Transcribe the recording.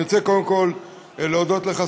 אני רוצה קודם כול להודות לך,